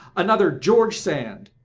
another george sand!